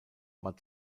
war